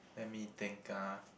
let me think ah